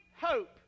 hope